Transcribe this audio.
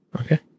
Okay